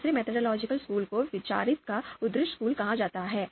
दूसरे methodological school को विचारों का उत्कृष्ट स्कूल कहा जाता है